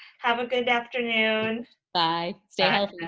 have a good afternoon. bye, stay healthy.